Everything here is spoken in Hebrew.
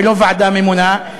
ולא ועדה ממונה.